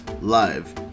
live